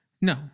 No